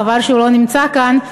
חבל שהוא לא נמצא כאן,